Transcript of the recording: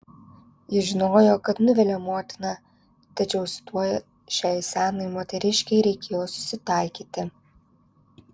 ji žinojo kad nuvilia motiną tačiau su tuo šiai senai moteriškei reikėjo susitaikyti